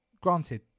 Granted